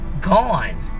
Gone